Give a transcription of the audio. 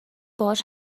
باهاش